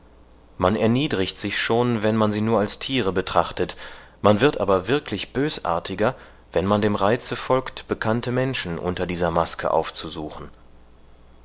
man erniedrigt sich schon wenn man sie nur als tiere betrachtet man wird aber wirklich bösartiger wenn man dem reize folgt bekannte menschen unter dieser maske aufzusuchen